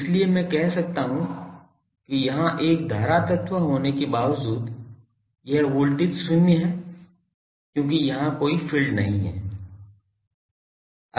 इसलिए मैं कह सकता हूं कि यहां एक धारा तत्व होने के बावजूद यह वोल्टेज शून्य है क्योंकि यहां कोई फ़ील्ड नहीं है